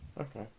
Okay